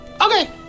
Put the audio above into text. Okay